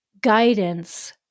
guidance